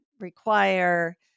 require